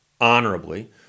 honorably